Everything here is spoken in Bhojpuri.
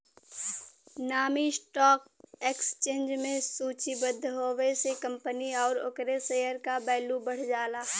नामी स्टॉक एक्सचेंज में सूचीबद्ध होये से कंपनी आउर ओकरे शेयर क वैल्यू बढ़ जाला